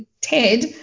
Ted